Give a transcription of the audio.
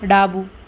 ડાબું